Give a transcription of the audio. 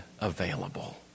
available